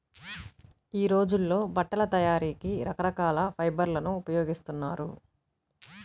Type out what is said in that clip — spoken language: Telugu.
యీ రోజుల్లో బట్టల తయారీకి రకరకాల ఫైబర్లను ఉపయోగిస్తున్నారు